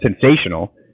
sensational